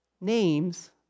Names